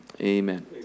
Amen